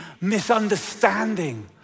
misunderstanding